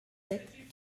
sept